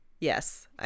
Yes